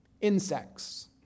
insects